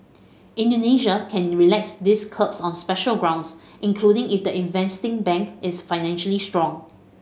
Indonesia can relax these curbs on special grounds including if the investing bank is financially strong